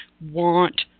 want